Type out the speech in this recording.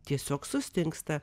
tiesiog sustingsta